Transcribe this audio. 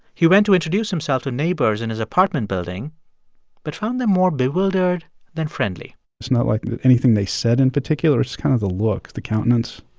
he went to introduce himself to neighbors in his apartment building but found them more bewildered than friendly it's not like anything they said in particular. it's kind of the looks, the countenance.